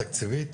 תקציבית?